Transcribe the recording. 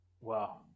Wow